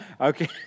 Okay